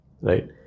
right